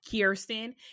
kirsten